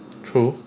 true